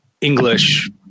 English